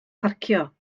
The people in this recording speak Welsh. parcio